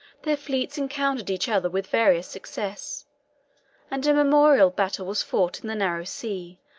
their fleets encountered each other with various success and a memorable battle was fought in the narrow sea,